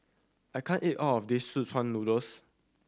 I can't eat all of this szechuan noodles